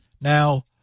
Now